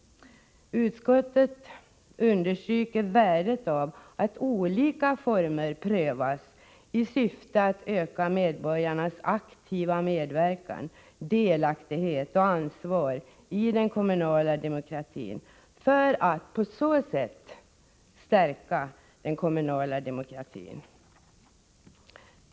Utskottet understryker värdet av att olika former prövas i syfte att öka medborgarnas aktiva medverkan och delaktighet i — liksom ansvar för — den kommunala demokratin för att på så sätt stärka den.